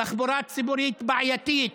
תחבורה ציבורית בעייתית,